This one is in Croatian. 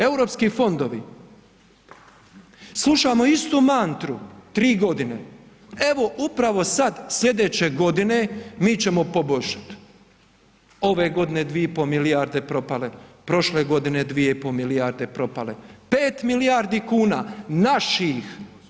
Europski fondovi, slušamo istu mantru tri godine, evo upravo sad slijedeće godine mi ćemo poboljšat, ove godine 2,5 milijarde propale, prošle godine 2,5 milijarde propale, 5 milijardi kuna naših.